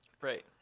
right